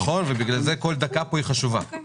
נכון, לכן כל דקה פה חשובה.